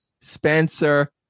Spencer